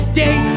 day